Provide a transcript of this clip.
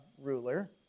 ruler